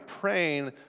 praying